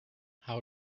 how